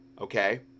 okay